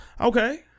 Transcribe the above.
Okay